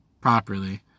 properly